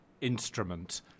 Instrument